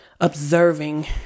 observing